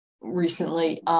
recently